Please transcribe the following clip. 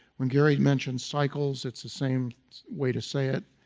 when gary mentioned cycles, it's the same way to say it.